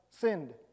sinned